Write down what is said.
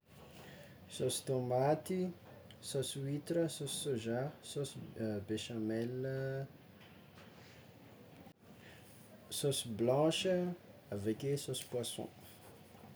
Saosy tômaty, saosy huitre, saosy sôza, saosy bechamel, saosy blanche, aveke saosy poisson.